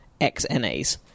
XNAs